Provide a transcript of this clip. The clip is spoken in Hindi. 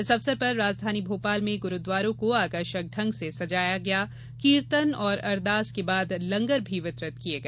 इस अवसर पर राजधानी भोपाल में गुरूद्वारों को आकर्षक ढ़ंग से सजाया गया कीर्तन और अरदास के बाद लंगर भी वितरित किया गया